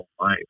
life